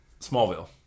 Smallville